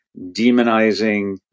demonizing